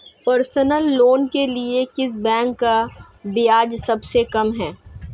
Personal loan के लिए किस बैंक का ब्याज सबसे कम है?